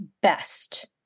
best